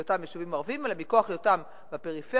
היותם יישובים ערביים אלא מכוח היותם בפריפריה,